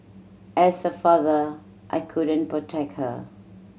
as a father I couldn't protect her